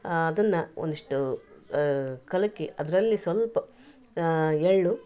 ಅದನ್ನ ಒಂದಿಷ್ಟು ಕಲಕಿ ಅದರಲ್ಲಿ ಸ್ವಲ್ಪ ಎಳ್ಳು